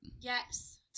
Yes